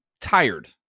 tired